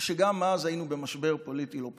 גם אז היינו במשבר פוליטי לא פשוט,